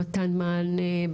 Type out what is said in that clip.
במתן מענה,